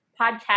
podcast